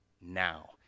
now